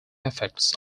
effects